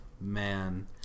man